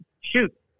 shoot